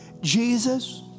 Jesus